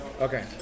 Okay